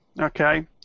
okay